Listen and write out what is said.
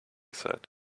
said